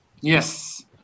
Yes